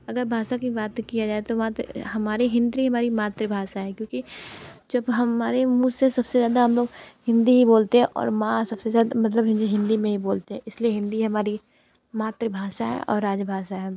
अगर भाषा की बात किया जाए तो बात वहाँ पर हमारी हिंदी हमारी मातृभाषा है क्योंकि जब हमारे मुँह से सब से ज़्यादा हम लोग हिंदी ही बोलते हैं और माँ सब से ज़्यादा मतलब हिंदी में बोलते हैं इसलिए हिंदी हमारी मातृभाषा है और राज्य भाषा है